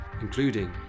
including